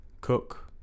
cook